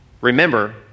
remember